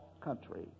country